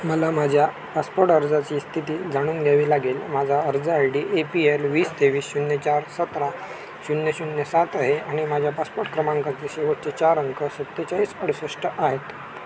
मला माझ्या पासपोर्ट अर्जाची स्थिती जाणून घ्यावी लागेल माझा अर्ज I D A P L वीस तेवीस शून्य चार सतरा शून्य शून्य सात आहे आणि माझ्या पासपोर्ट क्रमांकांचे शेवटचे चार अंक सत्तेचाळीस अडुसष्ट आहेत